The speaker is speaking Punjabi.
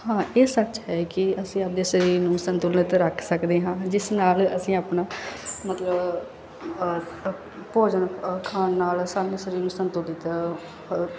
ਹਾਂ ਇਹ ਸੱਚ ਹੈ ਕਿ ਅਸੀਂ ਆਪਣੇ ਸਰੀਰ ਨੂੰ ਸੰਤੁਲਿਤ ਰੱਖ ਸਕਦੇ ਹਾਂ ਜਿਸ ਨਾਲ ਅਸੀਂ ਆਪਣਾ ਮਤਲਬ ਅਸ ਅ ਭੋਜਨ ਅ ਖਾਣ ਨਾਲ ਸਾਨੂੰ ਸਰੀਰ ਨੂੰ ਸੰਤੁਲਿਤ ਅ